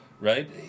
Right